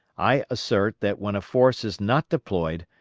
i assert that when a force is not deployed,